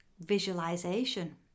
visualization